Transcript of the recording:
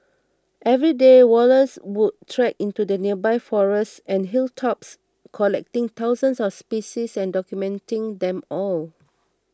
every day Wallace would trek into the nearby forests and hilltops collecting thousands of species and documenting them all